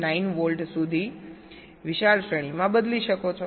9 volt સુધી વિશાળ શ્રેણીમાં બદલી શકો છો